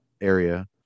area